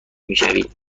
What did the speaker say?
میشوید